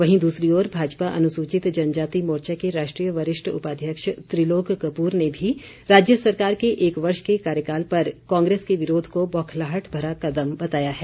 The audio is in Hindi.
वहीं दूसरी ओर भाजपा अनुसूचित जनजाति मोर्चा के राष्ट्रीय वरिष्ठ उपाध्यक्ष त्रिलोक कपूर ने भी राज्य सरकार के एक वर्ष के कार्यकाल पर कांग्रेस के विरोध को बौखालाहट भरा कदम बताया है